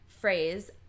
phrase